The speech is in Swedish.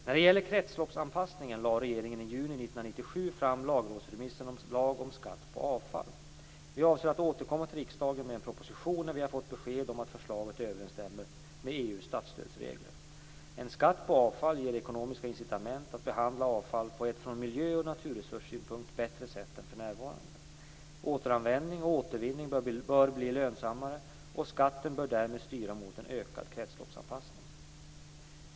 När det gäller kretsloppsanpassningen lade regeringen i juni 1997 fram lagrådsremissen Lag om skatt på avfall. Vi avser att återkomma till riksdagen med en proposition när vi har fått besked om att förslaget överensstämmer med EU:s statsstödsregler. En skatt på avfall ger ekonomiska incitament att behandla avfall på ett från miljö och naturresurssynpunkt bättre sätt än för närvarande. Återanvändning och återvinning bör bli lönsammare, och skatten bör därmed styra mot en ökad kretsloppsanpassning.